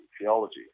theology